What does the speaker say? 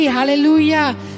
Hallelujah